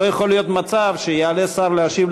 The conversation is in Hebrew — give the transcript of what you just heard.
לא יכול להיות מצב שיעלה שר להשיב על